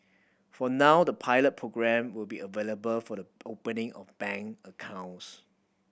for now the pilot programme will be available for the opening of bank accounts